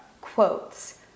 quotes